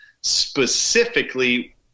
specifically